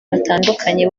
batandukanye